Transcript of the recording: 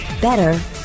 better